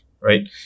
right